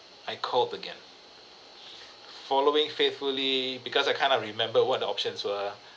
I called again following faithfully because I kind of remember what the options were